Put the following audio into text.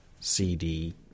CD